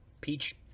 peach